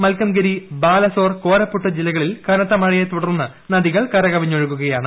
മൽക്കംഗിരി ബാല്പസ്സോർ ് കോരപ്പുട്ട് ജില്ലകളിൽ കനത്തമഴയെതുടർന്ന് നദികൾ ക്രിക്ക്പിഞ്ഞൊഴുകുകയാണ്